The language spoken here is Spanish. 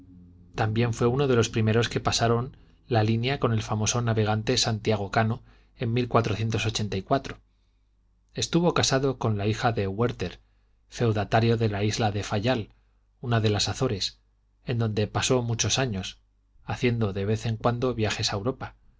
también fué uno de los primeros que pasaron la línea con el famoso navegante santiago cano en estuvo casado con la hija de huerter feudatario de la isla de fayal una de las azores en donde pasó muchos años haciendo de vez en cuando viajes a europa